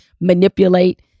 manipulate